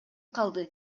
калды